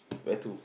where to